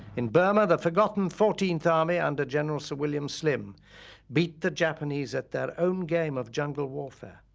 in burma, the forgotten fourteenth army under general sir william slim beat the japanese at their own game of jungle warfare.